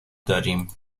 داریم